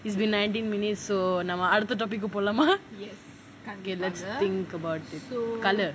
it's been nineteen minutes so நம்ம அடுத்த:namma adutha topic போலாமா:polaamaa let me think about it